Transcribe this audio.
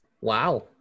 Wow